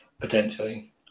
Potentially